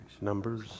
Numbers